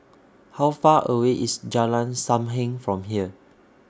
How Far away IS Jalan SAM Heng from here